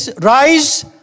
rise